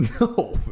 No